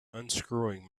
unscrewing